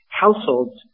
households